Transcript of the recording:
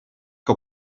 que